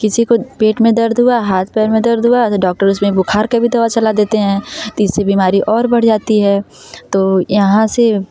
किसी को पेट में दर्द हुआ हाथ पैर में दर्द हुआ तो डॉक्टर्स उसमें बुखार का भी दवा चला देते हैं तो इससे बीमारी और बढ़ जाती है तो यहाँ से